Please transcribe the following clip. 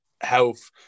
health